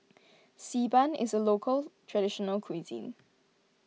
Xi Ban is a local traditional cuisine